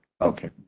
Okay